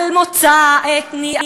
על מוצא אתני,